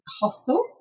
hostel